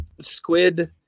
squid